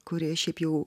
kuri šiaip jau